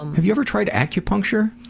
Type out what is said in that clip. um have you ever tried acupuncture?